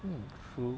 hmm true